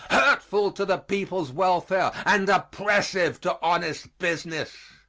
hurtful to the people's welfare and oppressive to honest business.